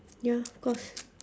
ya of course